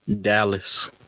Dallas